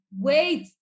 wait